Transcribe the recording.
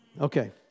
okay